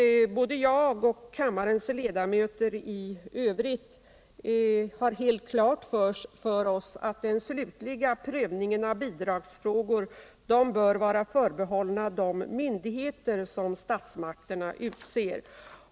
Både jag och kammarens ledamöter i övrigt har helt klart för oss att den slutliga prövningen av bidragsfrågorna bör vara förbehållen de myndigheter som statsmakterna utser.